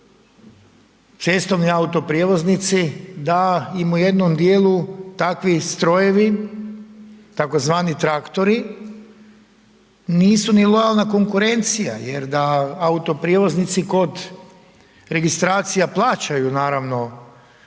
cestovni autoprijevoznici da im u jednom djelu takvi strojevi, tzv. traktori nisu ni lojalna konkurencija jer da autoprijevoznici kod registracija plaćaju naravno